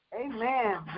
Amen